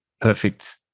Perfect